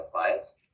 players